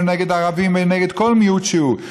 שהוא נגד ערבים ונגד כל מיעוט שהוא.